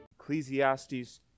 Ecclesiastes